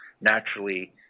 naturally